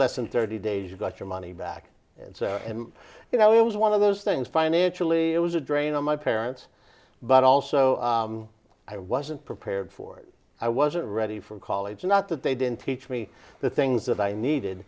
than thirty days you got your money back and so you know it was one of those things financially it was a drain on my parents but also i wasn't prepared for it i wasn't ready for college not that they didn't teach me the things that i needed